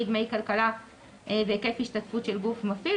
(דמי כלכלה והיקף השתתפות של גוף מפעיל),